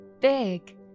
big